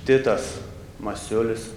titas masiulis